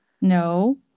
No